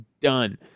done